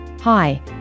Hi